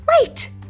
Wait